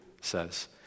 says